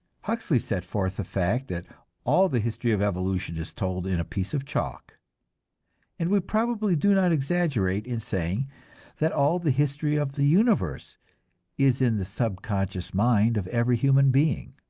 huxley set forth the fact that all the history of evolution is told in a piece of chalk and we probably do not exaggerate in saying that all the history of the universe is in the subconscious mind of every human being.